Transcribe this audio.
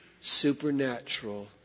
supernatural